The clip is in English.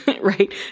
right